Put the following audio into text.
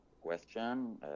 question